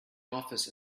office